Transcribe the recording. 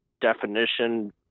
definition